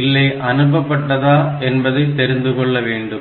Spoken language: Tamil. இல்லை அனுப்பப்பட்டதா என்பதை தெரிந்து கொள்ள வேண்டும்